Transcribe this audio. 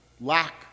lack